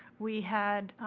we had